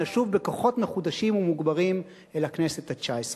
נשוב בכוחות מחודשים ומוגברים אל הכנסת התשע-עשרה.